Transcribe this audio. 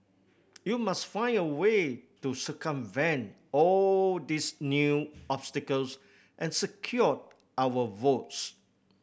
you must find a way to circumvent all these new obstacles and secure our votes